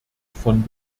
von